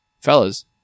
fellas